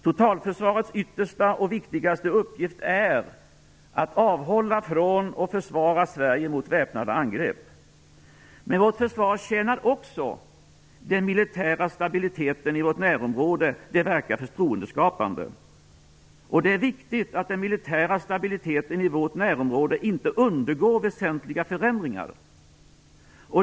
Totalförsvarets yttersta och viktigaste uppgift är att avhålla från och försvara Sverige mot väpnade angrepp, men vårt försvar tjänar också den militära stabiliteten i vårt närområde. Det verkar förtroendeskapande. Det är viktigt att den militära stabiliteten i vårt närområde inte undergår väsentliga förändringar.